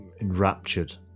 enraptured